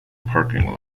parking